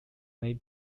may